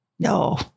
No